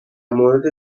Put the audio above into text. مورد